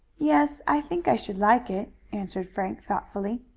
yes, i think i should like it, answered frank thoughtfully.